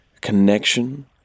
connection